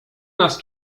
nas